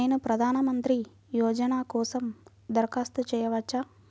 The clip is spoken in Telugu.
నేను ప్రధాన మంత్రి యోజన కోసం దరఖాస్తు చేయవచ్చా?